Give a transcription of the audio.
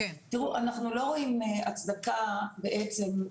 אנחנו לא רואים הצדקה בעצם,